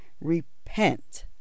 repent